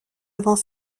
avant